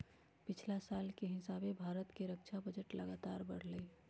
पछिला साल के हिसाबे भारत के रक्षा बजट लगातार बढ़लइ ह